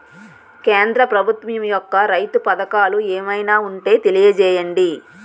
కేంద్ర ప్రభుత్వం యెక్క రైతు పథకాలు ఏమైనా ఉంటే తెలియజేయండి?